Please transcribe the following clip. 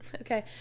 Okay